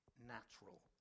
natural